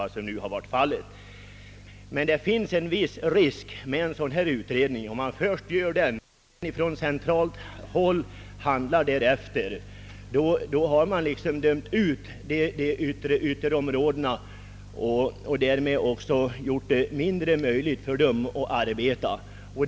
Det finns en viss risk med en dylik utredning. Om man först gör den och sedan på centralt håll handlar efter den, har man liksom dömt ut ytterområdena och gjort det svårare för människorna att arbeta där.